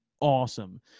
awesome